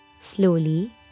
Slowly